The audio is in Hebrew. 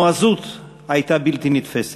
הנועזות הייתה בלתי נתפסת.